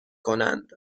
کنند